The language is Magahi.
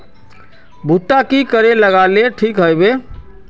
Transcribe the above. भुट्टा की करे लगा ले ठिक है बय?